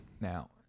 Now